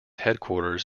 headquarters